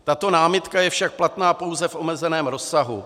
Tato námitka je však platná pouze v omezeném rozsahu.